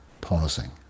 pausing